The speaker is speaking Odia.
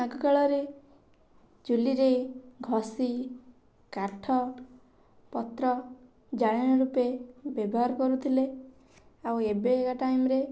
ଆଗ କାଳରେ ଚୁଲିରେ ଘସି କାଠ ପତ୍ର ଜାଳେଣୀ ରୂପେ ବ୍ୟବହାର କରୁଥିଲେ ଆଉ ଏବେକା ଟାଇମ୍ରେ